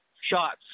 shots